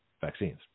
vaccines